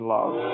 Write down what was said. Love